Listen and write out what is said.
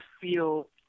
feel